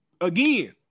again